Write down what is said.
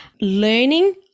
learning